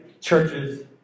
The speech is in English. churches